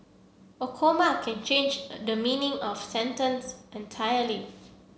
a comma can change the meaning of sentence entirely